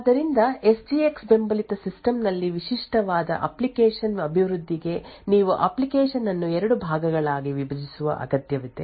ಆದ್ದರಿಂದ ಎಸ್ಜಿಎಕ್ಸ್ ಬೆಂಬಲಿತ ಸಿಸ್ಟಮ್ ನಲ್ಲಿ ವಿಶಿಷ್ಟವಾದ ಅಪ್ಲಿಕೇಶನ್ ಅಭಿವೃದ್ಧಿಗೆ ನೀವು ಅಪ್ಲಿಕೇಶನ್ ಅನ್ನು ಎರಡು ಭಾಗಗಳಾಗಿ ವಿಭಜಿಸುವ ಅಗತ್ಯವಿದೆ